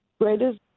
greatest